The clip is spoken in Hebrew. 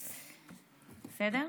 בסדר?